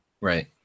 Right